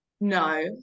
No